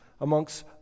amongst